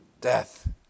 death